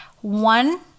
one